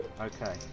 Okay